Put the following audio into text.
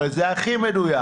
הרי זה הכי מדויק.